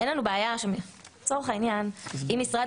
אין לנו בעיה שלצורך העניין אם משרד